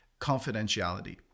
confidentiality